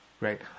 right